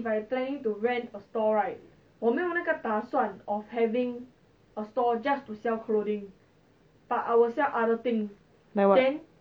like what